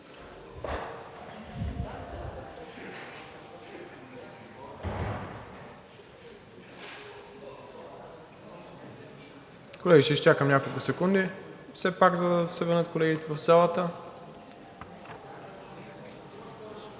Колеги, ще изчакам няколко секунди все пак, за да се върнат колегите в залата.